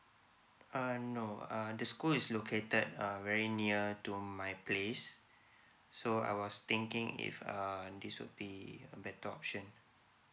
um no uh the school is located uh very near to my place so I was thinking if um this will be a better option